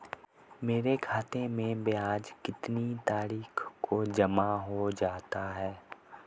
मेरे खाते में ब्याज कितनी तारीख को जमा हो जाता है?